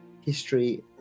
history